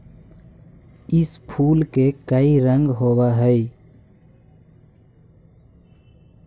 इस फूल के कई रंग होव हई